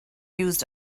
used